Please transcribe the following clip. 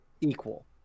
equal